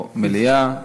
או מליאה,